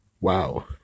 wow